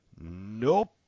nope